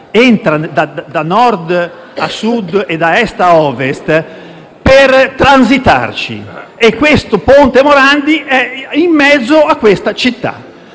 città, da nord a sud e da est a ovest, per transitarci. E il ponte Morandi è in mezzo a questa città.